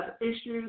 issues